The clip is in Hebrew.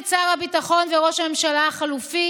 את שר הביטחון וראש הממשלה החלופי